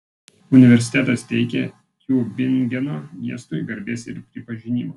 universitetas teikia tiubingeno miestui garbės ir pripažinimo